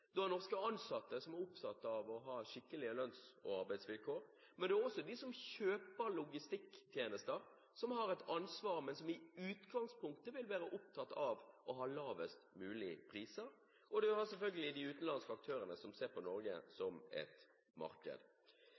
er norske ansatte som er opptatt av å ha skikkelige lønns- og arbeidsvilkår. Men det er også de som kjøper logistikktjenester, som har et ansvar, men som i utgangspunktet vil være opptatt av å ha lavest mulig priser. Og det er selvfølgelig de utenlandske aktørene som ser på Norge som et marked.